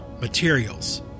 materials